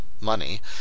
money